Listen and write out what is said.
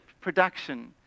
production